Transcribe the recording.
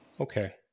Okay